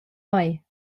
mei